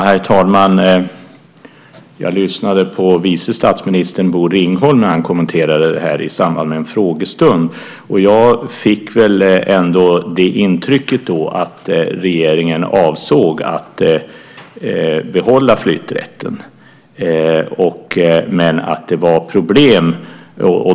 Herr talman! Jag lyssnade på vice statsminister Bosse Ringholm när han kommenterade detta i samband med en frågestund. Jag fick ändå intrycket att regeringen avsåg att behålla flytträtten men att det var problem.